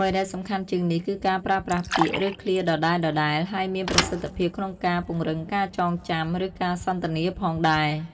អ្វីដែលសំខាន់ជាងនេះ គឺការប្រើប្រាស់ ពាក្យ ឬឃ្លាដដែលៗហើយមានប្រសិទ្ធភាពក្នុងការពង្រឹងការចងចាំ ឬការសន្ទនាផងដែរ។